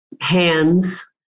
hands